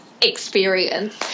experience